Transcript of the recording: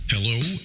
Hello